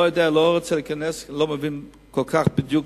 אני לא רוצה להיכנס לזה, אני לא מבין כל כך בדיוק